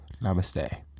Namaste